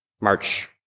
March